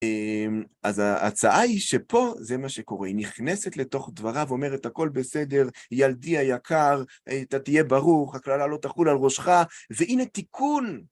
אז ההצעה היא שפה, זה מה שקורה, היא נכנסת לתוך דבריו ואומרת, הכל בסדר, ילדי היקר, אתה תהיה ברוך, הקללה לא תחול על ראשך, והנה תיקון.